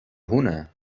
هنا